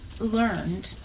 learned